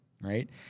right